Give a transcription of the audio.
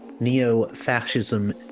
neo-fascism